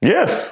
Yes